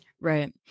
Right